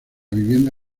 vivienda